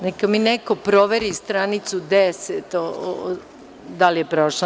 Neka mi neko proveri stranicu deset da li je prošla.